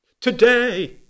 Today